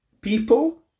people